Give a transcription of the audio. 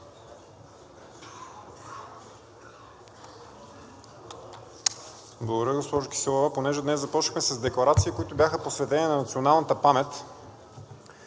госпожо Киселова. Понеже днес започнахме с декларации, които бяха посветени на националната памет,